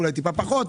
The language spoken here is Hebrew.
אולי טיפה פחות,